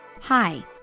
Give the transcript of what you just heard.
Hi